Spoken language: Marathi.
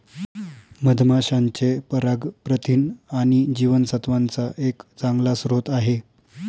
मधमाशांचे पराग प्रथिन आणि जीवनसत्त्वांचा एक चांगला स्रोत आहे